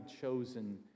chosen